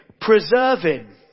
preserving